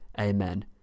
Amen